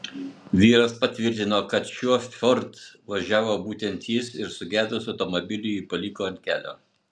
vyras patvirtino kad šiuo ford važiavo būtent jis ir sugedus automobiliui jį paliko ant kelio